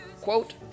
quote